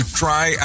try